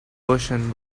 ocean